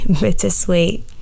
bittersweet